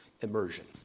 immersion